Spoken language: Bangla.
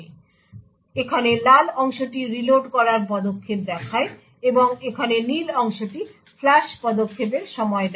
সুতরাং এখানে লাল অংশটি রিলোড করার পদক্ষেপ দেখায় এবং এখানে নীল অংশটি ফ্লাশ পদক্ষেপের সময় দেখায়